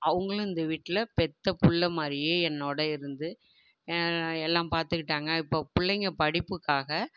அவங்களும் இந்த வீட்டில் பெற்ற புள்ளை மாதிரியே என்னோடயே இருந்து எல்லாம் பார்த்துகிட்டாங்க இப்போ பிள்ளைங்க படிப்புக்காக